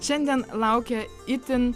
šiandien laukia itin